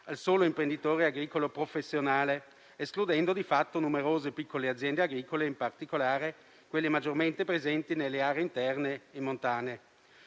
al solo imprenditore agricolo professionale, escludendo di fatto numerose piccole aziende agricole, in particolare quelle maggiormente presenti nelle aree interne e montane.